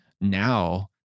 now